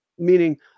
Meaning